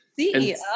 CEO